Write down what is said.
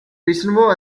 reasonable